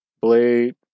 Blade